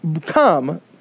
come